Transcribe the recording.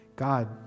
God